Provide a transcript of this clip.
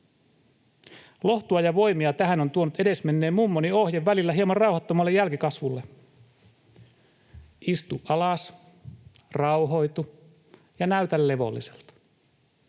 Lohtua ja voimia tähän on tuonut edesmenneen mummoni ohje välillä hieman rauhattomalle jälkikasvulle: istu alas, rauhoitu ja näytä levolliselta.